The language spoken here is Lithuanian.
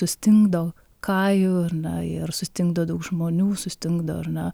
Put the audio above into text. sustingdo kajų ar na ir sustingdo daug žmonių sustingdo ar na